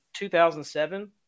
2007